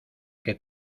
que